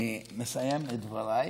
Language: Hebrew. אני מסיים את דבריי.